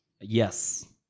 Yes